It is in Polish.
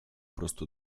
prostu